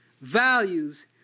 values